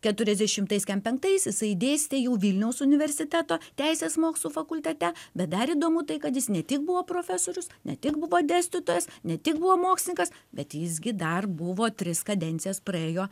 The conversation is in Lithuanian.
keturiasdešimtaiskem penktais jiai dėstė jau vilniaus universiteto teisės mokslų fakultete bet dar įdomu tai kad jis ne tik buvo profesorius ne tik buvo dėstytojas ne tik buvo mokslininkas bet jis gi dar buvo tris kadencijas praėjo